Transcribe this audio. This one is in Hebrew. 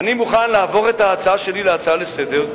מוכן להעביר את ההצעה שלי כהצעה לסדר-היום,